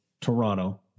Toronto